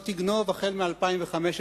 לא תגנוב, מ-2015,